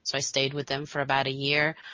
so i stayed with them for about a year.